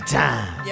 time